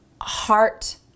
heart